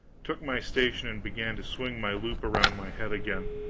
took my station and began to swing my loop around my head again.